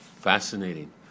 Fascinating